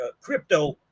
crypto